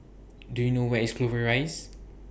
Do YOU know Where IS Clover Rise